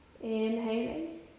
Inhaling